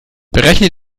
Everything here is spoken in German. berechne